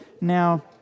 Now